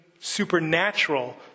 supernatural